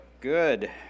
Good